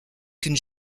qu’une